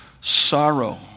sorrow